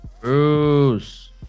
Bruce